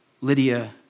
Lydia